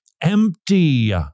empty